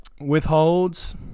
withholds